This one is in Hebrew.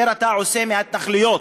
כאשר אתה עושה מההתנחלויות,